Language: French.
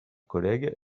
collègues